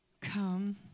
Come